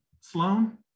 Sloan